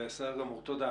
תודה.